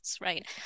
right